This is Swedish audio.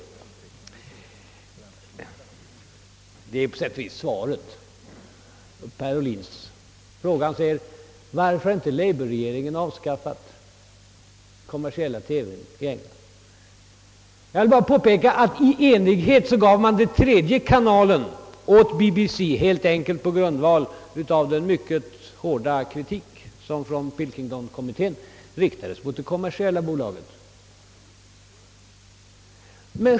Därmed har jag också på sätt och vis besvarat herr Ohlins fråga varför labourregeringen i England inte har avskaffat den kommersiella TV:n. Jag vill endast påpeka att den tredje kanalen i enighet gavs åt BBC helt enkelt på grund av den mycket hårda kritik som från Pilkingtonkommittén riktades mot det kommersiella bolaget.